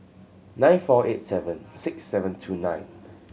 nine four eight seven six seven two nine